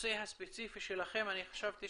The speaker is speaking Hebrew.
לנושא הספציפי שלכם, אני חשבתי